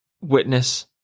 witness